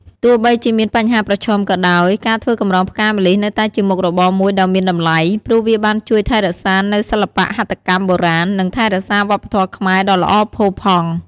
ទោះបីជាមានបញ្ហាប្រឈមក៏ដោយ ការធ្វើកម្រងផ្កាម្លិះនៅតែជាមុខរបរមួយដ៏មានតម្លៃ ព្រោះវាបានជួយថែរក្សានូវសិល្បៈហត្ថកម្មបុរាណ និងថែរក្សាវប្បធម៌ខ្មែរដ៏ល្អផូរផង់។